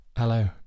Hello